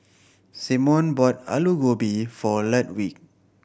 Simone bought Alu Gobi for Ludwig